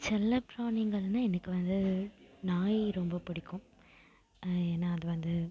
செல்லப்பிராணிகள்னால் எனக்கு வந்து நாய் ரொம்ப பிடிக்கும் ஏன்னா அது வந்து